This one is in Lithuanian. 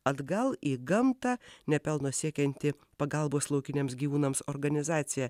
atgal į gamtą nepelno siekianti pagalbos laukiniams gyvūnams organizacija